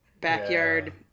backyard